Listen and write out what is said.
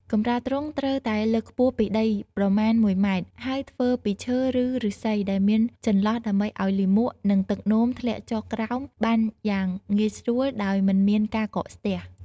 កម្រាលទ្រុងគួរតែលើកខ្ពស់ពីដីប្រមាណមួយម៉ែត្រ ហើយធ្វើពីឈើឬឬស្សីដែលមានចន្លោះដើម្បីឲ្យលាមកនិងទឹកនោមធ្លាក់ចុះក្រោមបានយ៉ាងងាយស្រួលដោយមិនមានការកកស្ទះ។